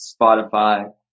Spotify